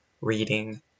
reading